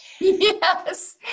Yes